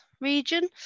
region